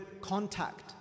contact